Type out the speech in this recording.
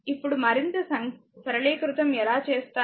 ఇప్పుడు మరింత సరళీకృతం ఎలా చేస్తారు